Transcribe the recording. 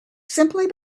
simply